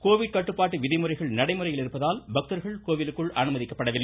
Covid கட்டுபாட்டு விதிமுறைகள் நடைமுறையில் இருப்பதால் பக்தர்கள் கோவிலுக்குள் அனுமதிக்கப்படவில்லை